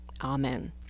Amen